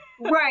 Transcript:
Right